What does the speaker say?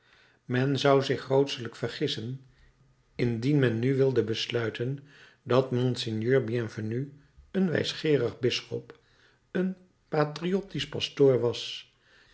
men zou zich grootelijks vergissen indien men nu wilde besluiten dat monseigneur bienvenu een wijsgeerig bisschop een patriottisch pastoor was